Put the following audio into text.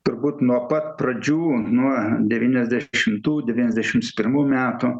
turbūt nuo pat pradžių nuo devyniasdešimtų devyniasdešimts pirmų metų